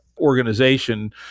organization